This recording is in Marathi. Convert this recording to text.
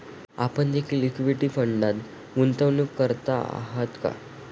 आपण देखील इक्विटी फंडात गुंतवणूक करत आहात का?